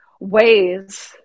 ways